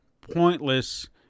pointless